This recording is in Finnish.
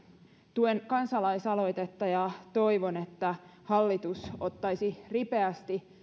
tuen kansalaisaloitetta ja toivon että hallitus ottaisi ripeästi